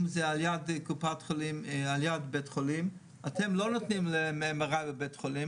אם זה על יד בית חולים - אתם לא נותנים להם MRI בבית חולים.